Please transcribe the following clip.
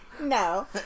No